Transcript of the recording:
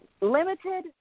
Limited